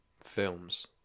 films